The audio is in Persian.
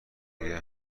دیگه